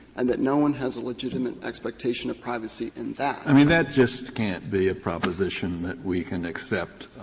and that no one has a legitimate expectation of privacy in that. kennedy i mean, that just can't be a proposition that we can accept